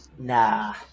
Nah